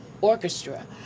Orchestra